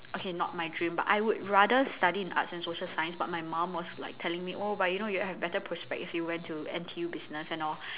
okay not my dream but I would rather study in arts and social science but my mum was like telling me oh but you know you'll have better prospects if you went to N_T_U business and all